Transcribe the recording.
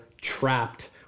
trapped